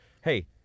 Hey